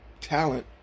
talent